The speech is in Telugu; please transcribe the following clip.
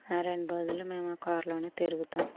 ఆ రెండు రోజులు మేము కారులోనే తిరుగుతాము